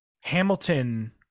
hamilton